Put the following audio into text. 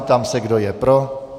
Ptám se, kdo je pro.